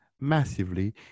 massively